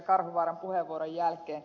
karhuvaaran puheenvuoron jälkeen